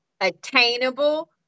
attainable